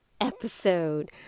episode